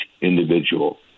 individual